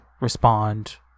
respond